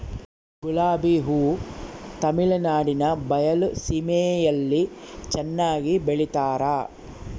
ಗುಲಾಬಿ ಹೂ ತಮಿಳುನಾಡಿನ ಬಯಲು ಸೀಮೆಯಲ್ಲಿ ಚೆನ್ನಾಗಿ ಬೆಳಿತಾರ